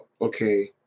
okay